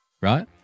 Right